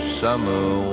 summer